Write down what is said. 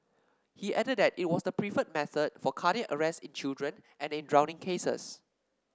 he added that it was the preferred method for cardiac arrest in children and in drowning cases